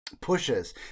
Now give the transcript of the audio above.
pushes